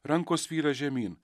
rankos svyra žemyn